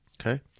Okay